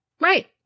Right